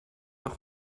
nach